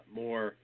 more